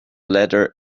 letter